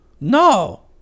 No